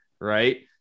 right